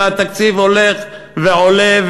והתקציב הולך ועולה,